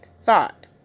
thought